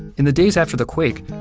in the days after the quake,